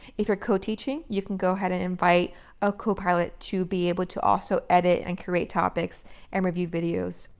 if you're co-teaching, you can go ahead and invite a co-pilot to be able to also edit and create topics and review videos,